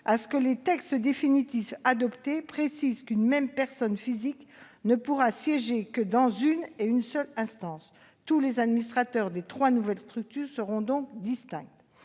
à ce que les textes définitifs adoptés précisent qu'une même personne physique ne pourra siéger que dans une et une seule instance. Tous les administrateurs des trois nouvelles structures seront donc distincts